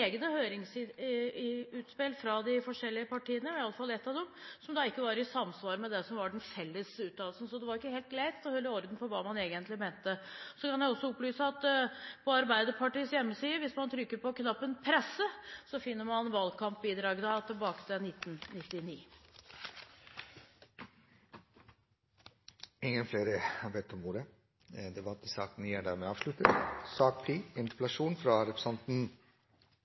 egne høringsutspill fra de forskjellige partiene – iallfall fra ett av dem – som ikke var i samsvar med det som var den felles uttalelsen. Det var ikke helt lett å holde orden på hva man egentlig mente. Jeg kan også opplyse at hvis man trykker på knappen «Presse» på Arbeiderpartiets hjemmeside, finner man valgkampbidragene tilbake til 1999. Flere har ikke bedt om ordet til sak nr. 9. Utvikling skapes først og fremst av en sunn nasjonal politikk. Internasjonale forhold har betydning, men det helt avgjørende er